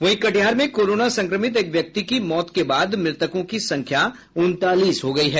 वहीं कटिहार में कोरोना संक्रमित एक व्यक्ति की मौत के बाद मृतकों की संख्या उनतालीस हो गयी है